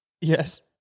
Yes